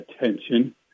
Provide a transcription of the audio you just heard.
attention